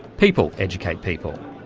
people educate people.